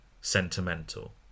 sentimental